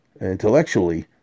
intellectually